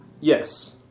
yes